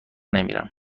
نمیرم